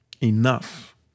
enough